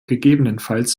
gegebenenfalls